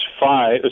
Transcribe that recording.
five